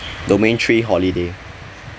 domain three holiday